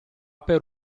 per